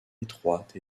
étroite